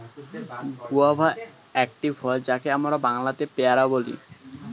guava একটি ফল যাকে আমরা বাংলাতে পেয়ারা বলি